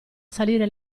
salire